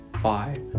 five